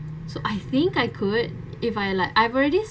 so I think I could if I like I've already